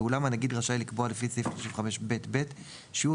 ואולם הנגיד רשאי לקבוע לפי סעיף 35ב(ב) שיעור